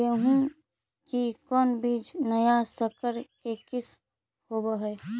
गेहू की कोन बीज नया सकर के किस्म होब हय?